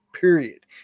period